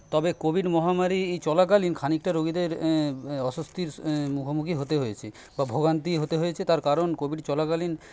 তবে কোভিড মহামারী চলাকালীন খানিকটা রোগীদের অস্বস্তির মুখোমুখি হতে হয়েছে বা ভোগান্তি হতে হয়েছে তার কারণ কোভিড চলাকালীন